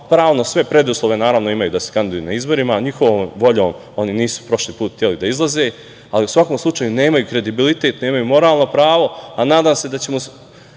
pravno sve preduslove imaju da se kandiduju na izborima, njihovom voljom oni nisu prošli put hteli da izlaze, ali u svakom slučaju nemaju kredibilitet, nemaju moralno pravo, a nadam se da ćemo